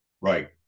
Right